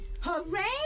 Hooray